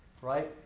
right